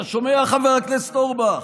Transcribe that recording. אתה שומע, חבר הכנסת אורבך?